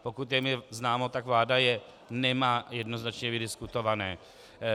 Pokud je mi známo, tak vláda je jednoznačně vydiskutované nemá.